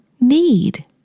need